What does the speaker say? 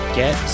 get